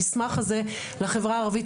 המסמך הזה לחברה הערבית,